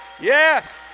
Yes